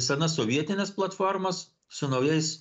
senas sovietines platformas su naujais